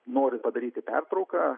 nori padaryti pertrauką